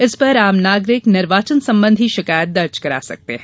इसपर आम नागरिक निर्वाचन संबंधी शिकायत दर्ज करा सकते हैं